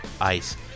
Ice